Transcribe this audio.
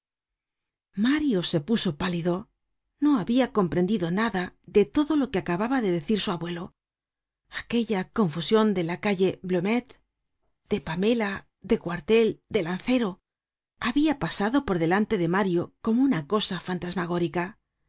mario se puso pálido no habia comprendido nada de todo lo que acababa de decir su abuelo aquella confusion de calle blomet de pamela de cuartel de lancero habia pasado por delante de mario como una cosa fantasmagórica